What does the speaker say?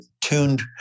tuned